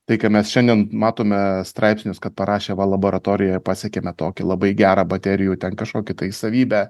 tai ką mes šiandien matome straipsnius kad parašė va laboratorijoj pasiekėme tokį labai gerą baterijų ten kažkokį tai savybę